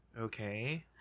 okay